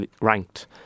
ranked